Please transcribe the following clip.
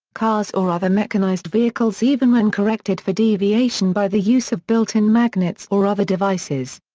cars or other mechanized vehicles even when corrected for deviation by the use of built-in magnets or other devices.